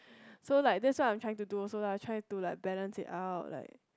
so like that's what I'm trying to do also lah try to like balance it out like